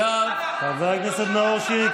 אגב, חבר הכנסת נאור שירי.